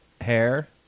hair